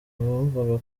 bumvaga